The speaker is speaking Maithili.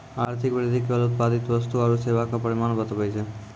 आर्थिक वृद्धि केवल उत्पादित वस्तु आरू सेवा के परिमाण बतबै छै